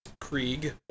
Krieg